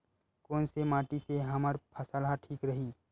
कोन से माटी से हमर फसल ह ठीक रही?